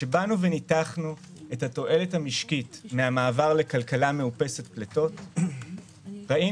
כשניתחנו את התועלת המשקית מן המעבר לכלכלה מאופסת פליטות ראינו